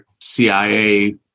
CIA